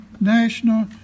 national